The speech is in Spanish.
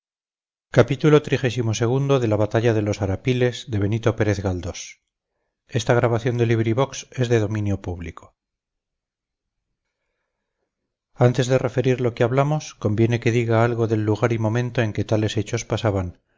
antes de referir lo que hablamos conviene que diga algo del lugar y momento en que tales hechos pasaban